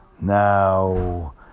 Now